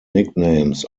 nicknames